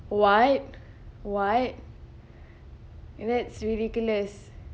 what what that's ridiculous